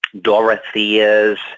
Dorothea's